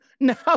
now